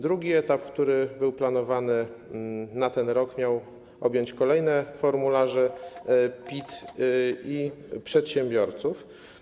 Drugi etap, który był planowany na ten rok, miał objąć kolejne formularze PIT i przedsiębiorców.